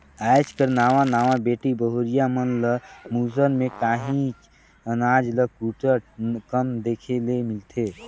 आएज कर नावा नावा बेटी बहुरिया मन ल मूसर में काहींच अनाज ल कूटत कम देखे ले मिलथे